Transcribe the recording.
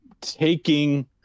taking